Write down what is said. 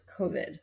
COVID